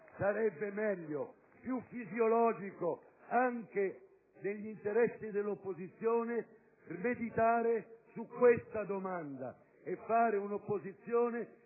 Sarebbe meglio, più fisiologico (anche negli interessi dell'opposizione), meditare su questa domanda e fare un'opposizione